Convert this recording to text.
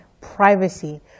privacy